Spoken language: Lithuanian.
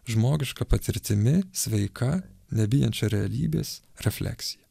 žmogiška patirtimi sveika nebijančia realybės refleksija